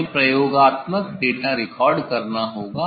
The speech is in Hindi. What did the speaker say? हमें प्रयोगात्मक डेटा रिकॉर्ड करना होगा